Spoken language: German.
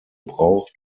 brauch